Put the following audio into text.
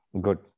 Good